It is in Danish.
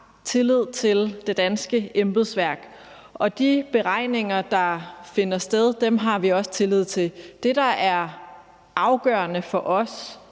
tillid til det danske embedsværk, og de beregninger, der finder sted, har vi også tillid til. Det, der er afgørende for os